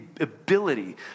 ability